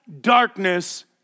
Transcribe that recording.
darkness